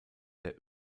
der